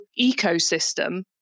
ecosystem